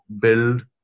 build